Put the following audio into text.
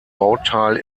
bauteil